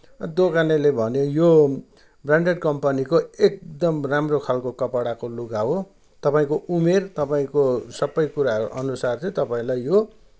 अनि दोकानेले भन्यो यो ब्रान्डेड कम्पनीको एकदम राम्रो खालको कपडाको लुगा हो तपाईँको उमेर तपाईँको सबै कुराहरूअनुसार चाहिँ तपाईँलाई यो